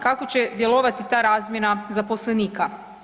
Kako će djelovati ta razmjena zaposlenika?